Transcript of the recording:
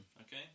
Okay